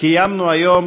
קיימנו היום,